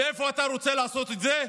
ואיפה אתה רוצה לעשות את זה?